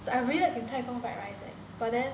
I really like 鼎泰丰 fried rice eh but then